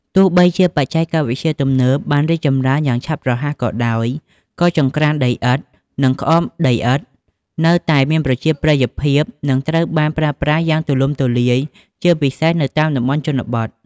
ទោះបីជាបច្ចេកវិទ្យាទំនើបបានរីកចម្រើនយ៉ាងឆាប់រហ័សក៏ដោយ ក៏ចង្ក្រានដីឥដ្ឋ និងក្អមដីឥដ្ឋនៅតែមានប្រជាប្រិយភាព និងត្រូវបានប្រើប្រាស់យ៉ាងទូលំទូលាយ ជាពិសេសនៅតាមតំបន់ជនបទ។